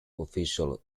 official